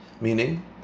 Meaning